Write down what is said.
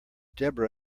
debra